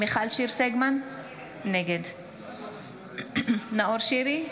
נגד נאור שירי,